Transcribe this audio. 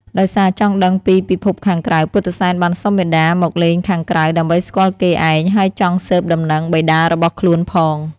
ដោយសារចង់ដឹងពីពិភពខាងក្រៅ ពុទ្ធិសែនបានសុំមាតាមកលេងខាងក្រៅដើម្បីស្គាល់គេឯង ហើយចង់ស៊ើបដំណឹងបិតារបស់ខ្លួនផង។